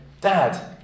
Dad